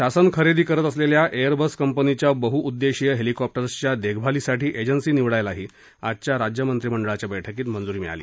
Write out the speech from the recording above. शासन खरेदी करत असलेल्या एअरबस कंपनीच्या बहुउद्देशीय हेलिकॉप्टरच्या देखभालीसाठी एजन्सी निवडायलाही आजच्या राज्यमंत्रिमंडळाच्या बैठकीत मंजूरी देण्यात आली